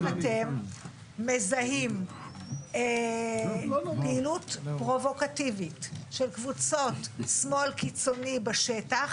האם אתם מזהים פעילות פרובוקטיבית של קבוצות שמאל קיצוני בשטח?